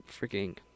freaking